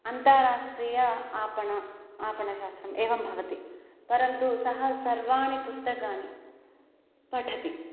अन्ताराष्ट्रीय आपणम् आपणशास्त्रम् एवं भवति परन्तु सः सर्वाणि पुस्तकानि पठति